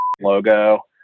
logo